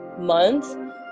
month